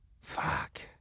Fuck